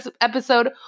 episode